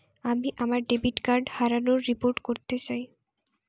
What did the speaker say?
আমি আমার debit card হারানোর রিপোর্ট করতে চাই